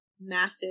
massive